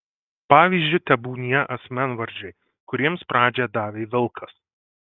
pavyzdžiu tebūnie asmenvardžiai kuriems pradžią davė vilkas